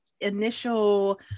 initial